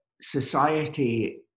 society